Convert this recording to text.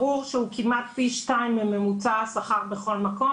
ברור שהוא כמעט פי שניים מממוצע השכר בכל מקום,